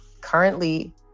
currently